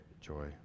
joy